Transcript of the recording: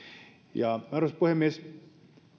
arvoisa puhemies